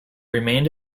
remained